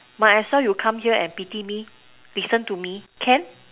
might as well you come here and pity me listen to me can